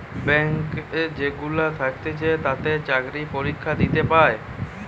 bank যেগুলা থাকতিছে তাতে চাকরি পরীক্ষা দিয়ে পায়